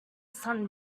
sun